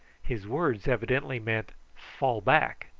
his words evidently meant fall back!